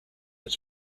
its